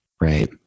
Right